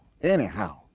Anyhow